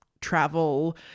travel